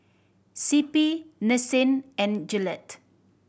C P Nissin and Gillette